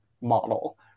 model